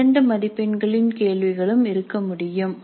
இரண்டு மதிப்பெண்களின் கேள்விகளும் இருக்க முடியும்